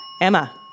Emma